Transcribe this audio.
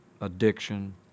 addiction